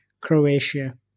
Croatia